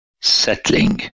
settling